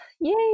yay